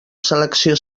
selecció